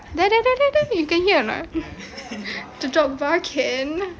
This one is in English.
there there there there you can hear or not the dog barking